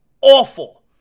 Awful